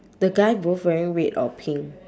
the guy both wearing red or pink